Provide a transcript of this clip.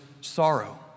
sorrow